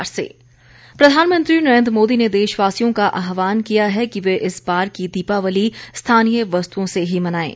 प्रधानमंत्री वाराणसी प्रधानमंत्री नरेंद्र मोदी ने देशवासियों का आह्वान किया है कि वे इस बार की दीपावली स्थानीय वस्तुओं से ही मनाएं